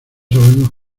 sabemos